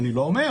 אני לא אומר,